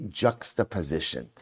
juxtaposition